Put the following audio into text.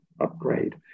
upgrade